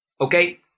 okay